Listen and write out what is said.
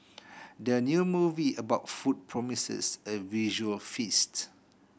the new movie about food promises a visual feast